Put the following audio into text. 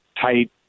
tight